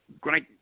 great